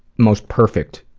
most perfect,